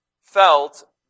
felt